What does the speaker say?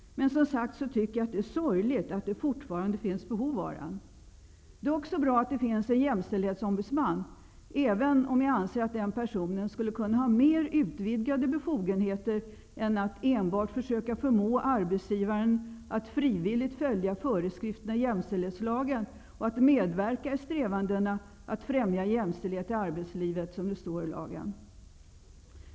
Men jag tycker som sagt att det är sorgligt att det fortfarande finns behov av lagen. Det är också bra att det finns en jämställdhetsombudsman, även om jag anser att den personen skulle kunna ha mer utvidgade befogenheter än att enbart försöka förmå arbetsgivaren att frivilligt följa föreskrifterna i jämställdhetslagen och att medverka i strävandena att främja jämställdhet i arbetslivet, som det står i lagen.